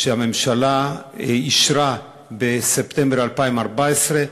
שהממשלה אישרה בספטמבר 2014,